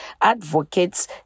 advocates